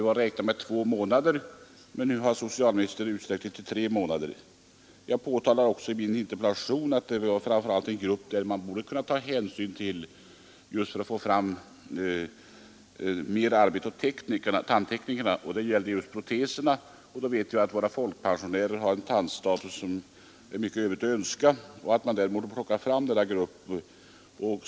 Man räknade med två månader, men nu har socialministern förlängt tiden till tre månader. Jag påtalar också i min interpellation att det framför allt rör sig om en grupp som man borde kunna ta större hänsyn till och försöka skaffa mera arbete, nämligen tandteknikerna. Det gäller proteserna. Vi vet ju att våra folkpensionärer har en tandstatus som lämnar mycket övrigt att önska och att man därför borde lyfta fram den här gruppen.